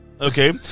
Okay